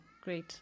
great